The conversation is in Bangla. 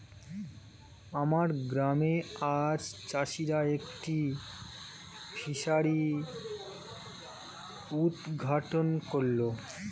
আমার গ্রামে আজ চাষিরা একটি ফিসারি উদ্ঘাটন করল